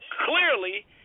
clearly